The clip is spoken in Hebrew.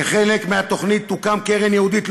כחלק מהתוכנית תוקם קרן ייעודית,